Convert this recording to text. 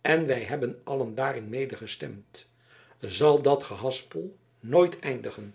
en wij hebben allen daarin medegestemd zal dat gehaspel nooit eindigen